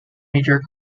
major